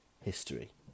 history